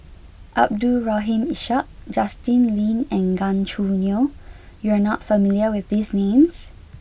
Abdul Rahim Ishak Justin Lean and Gan Choo Neo you are not familiar with these names